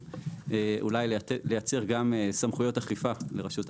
אולי לייצר סמכויות אכיפה לרשות האסדרה.